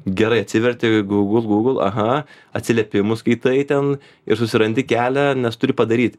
gerai atsiverti google google aha atsiliepimus skaitai ten ir susirandi kelią nes turi padaryt